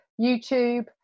YouTube